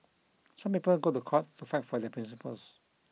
some people go to court to fight for their principles